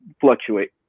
fluctuate